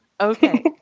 Okay